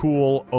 Cool